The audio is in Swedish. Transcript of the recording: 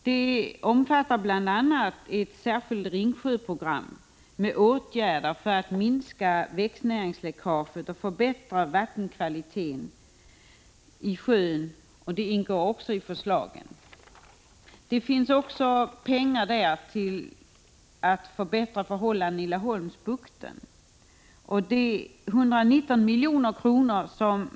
Den omfattar bl.a. ett särskilt Ringsjöprogram med åtgärder för att minska växtnäringsläckaget och förbättra vattenkvaliteten i sjön. Där föreslås också pengar för att förbättra förhållandena i Laholmsbukten.